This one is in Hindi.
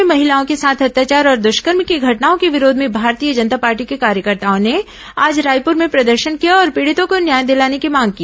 प्रदेश में महिलाओं के साथ अत्याचार और दुष्कर्म की घटनाओं के विरोध में भारतीय जनता पार्टी के कार्यकर्ताओं ने आज रायपुर में प्रदर्शन किया और पीड़ितों को न्याय दिलाने की मांग की